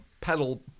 Pedal